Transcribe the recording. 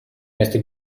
место